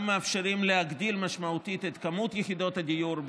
גם מאפשרים להגדיל משמעותית את מספר יחידות הדיור,